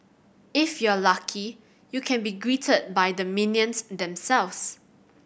if you're lucky you can be greeted by the minions themselves